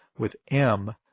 with m,